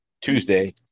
Tuesday